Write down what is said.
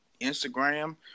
Instagram